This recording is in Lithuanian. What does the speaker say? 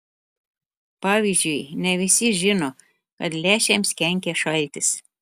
pavyzdžiui ne visi žino kad lęšiams kenkia šaltis